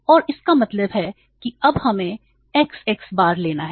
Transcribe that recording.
और इसका मतलब है कि अब हमें x x बार लेना है